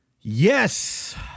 Yes